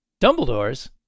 Dumbledores